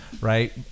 right